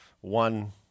one